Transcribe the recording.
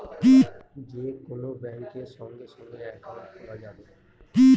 যে কোন ব্যাঙ্কে সঙ্গে সঙ্গে একাউন্ট খোলা যাবে